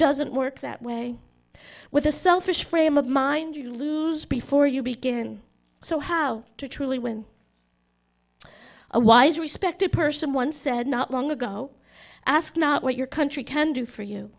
doesn't work that way with a selfish frame of mind you lose before you begin so how to truly win a wise respected person once said not long ago ask not what your country can do for you